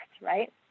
right